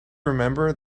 remember